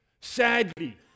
sadly